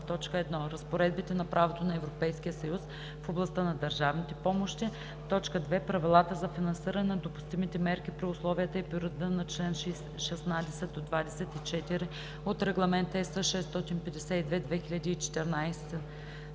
1. разпоредбите на правото на Европейския съюз в областта на държавните помощи; 2. правилата за финансиране на допустимите мерки при условията и по реда на чл. 16 – 24 от Регламент (ЕС) 652/2014